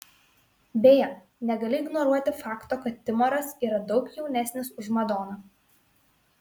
beje negali ignoruoti fakto kad timoras yra daug jaunesnis už madoną